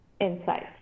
insights